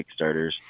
Kickstarters